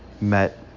met